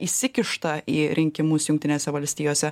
įsikišta į rinkimus jungtinėse valstijose